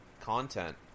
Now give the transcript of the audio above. Content